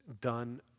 done